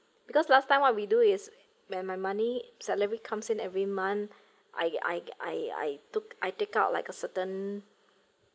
because last time what we do is when my money salary comes in every month I I I I took I take out like a certain